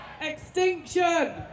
Extinction